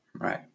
Right